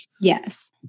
Yes